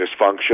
dysfunction